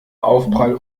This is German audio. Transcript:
aufprall